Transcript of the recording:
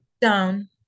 Down